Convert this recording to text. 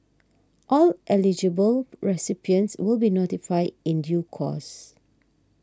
all eligible recipients will be notified in due course